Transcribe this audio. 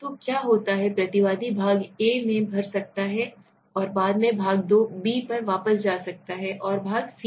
तो क्या होता है प्रतिवादी भाग A में भर सकता है और बाद में भाग B पर वापस आ सकता है और भाग C